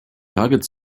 target